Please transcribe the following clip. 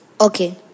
Okay